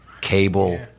cable